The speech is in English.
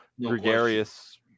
gregarious